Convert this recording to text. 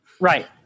Right